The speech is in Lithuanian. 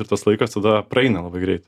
ir tas laikas tada praeina labai greit